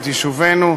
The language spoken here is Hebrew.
את יישובינו,